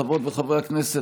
חברות וחברי הכנסת,